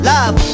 Love